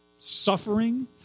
suffering